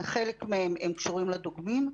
חלק מהן קשורות לדוגמים.